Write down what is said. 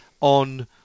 on